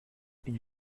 une